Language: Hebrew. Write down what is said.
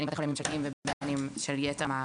בין אם בתי חולים ממשלתיים ובין אם של יתר המערכת.